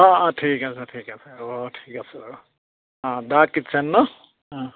অঁ অঁ ঠিক আছে ঠিক আছে হ'ব হ'ব ঠিক আছে বাৰু অঁ দা কিটছেন নহ্ অঁ